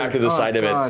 to the side of and it,